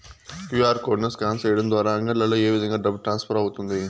QR code ను scan సేయడం ద్వారా అంగడ్లలో ఏ విధంగా డబ్బు ట్రాన్స్ఫర్ అవుతుంది